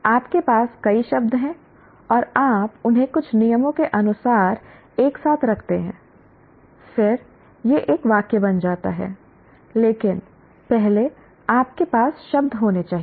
आपके पास कई शब्द हैं और आप उन्हें कुछ नियमों के अनुसार एक साथ रखते हैं और फिर यह एक वाक्य बन जाता है लेकिन पहले आपके पास शब्द होने चाहिए